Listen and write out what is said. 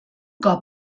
cop